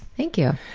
thank you.